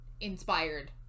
inspired